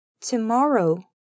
tomorrow